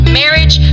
marriage